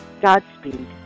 Godspeed